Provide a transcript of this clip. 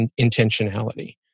intentionality